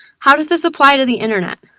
how does this apply to the internet?